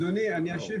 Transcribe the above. אדוני, אני אשיב.